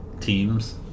teams